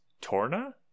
Torna